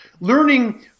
learning